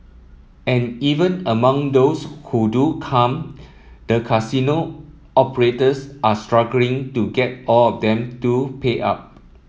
and even among those who do come the casino operators are struggling to get all of them to pay up